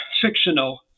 fictional